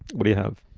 what do you have?